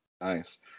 Nice